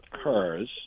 occurs